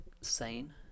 Sane